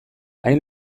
hain